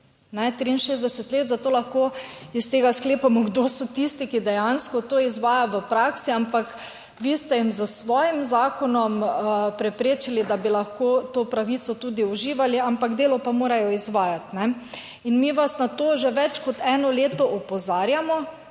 63 let. Zato lahko iz tega sklepamo, kdo so tisti, ki dejansko to izvajajo v praksi, ampak vi ste jim s svojim zakonom preprečili, da bi lahko to pravico tudi uživali, ampak delo pa morajo izvajati. In mi vas na to že več kot eno leto opozarjamo.